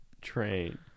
Train